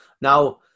Now